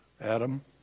Adam